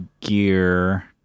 gear